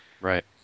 Right